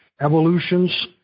evolutions